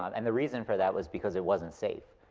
ah and the reason for that was because it wasn't safe.